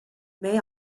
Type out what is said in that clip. may